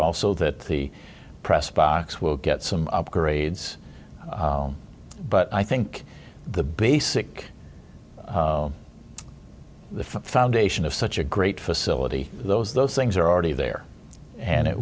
also that the press box will get some upgrades but i think the basic the foundation of such a great facility those those things are already there and it